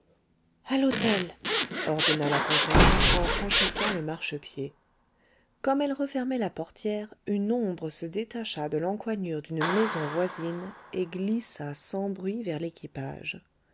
a l'hôtel ordonna la comtesse en franchissant le marchepied comme elle refermait la portière une ombre se détacha de l'encoignure d'une maison voisine et glissa sans bruit vers l'équipage